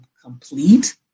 complete